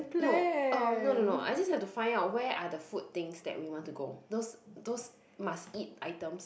no um no no no I just have to find out where are the food things that we want to go those those must eat items